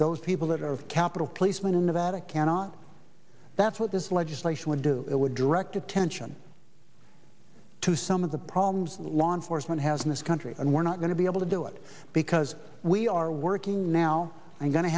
those people that are capital policemen in that it cannot that's what this legislation would do it would direct attention to some of the problems that law enforcement has in this country and we're not going to be able to do it because we are working now